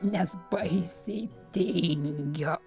nes baisiai tingiu